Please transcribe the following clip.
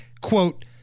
quote